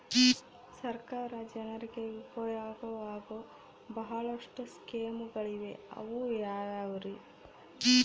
ಸರ್ಕಾರ ಜನರಿಗೆ ಉಪಯೋಗವಾಗೋ ಬಹಳಷ್ಟು ಸ್ಕೇಮುಗಳಿವೆ ಅವು ಯಾವ್ಯಾವ್ರಿ?